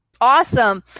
Awesome